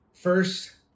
first